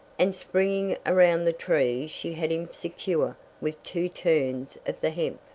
and springing around the tree she had him secure with two turns of the hemp,